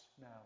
now